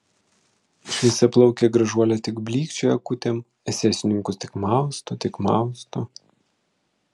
šviesiaplaukė gražuolė tik blykčioja akutėm esesininkus tik mausto tik mausto